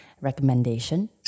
recommendation